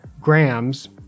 grams